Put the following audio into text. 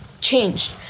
changed